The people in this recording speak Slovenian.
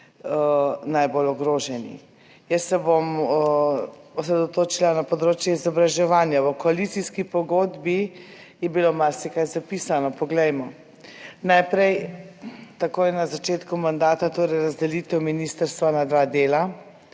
najbolj ogroženi. Jaz se bom osredotočila na področje izobraževanja. V koalicijski pogodbi je bilo marsikaj zapisano, Poglejmo najprej takoj na začetku mandata, torej razdelitev ministrstva na dva dela,